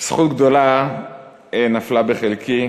זכות גדולה נפלה בחלקי,